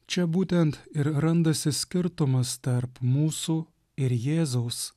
čia būtent ir randasi skirtumas tarp mūsų ir jėzaus